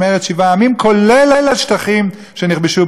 כולל השטחים שנכבשו ב-1948.